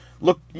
look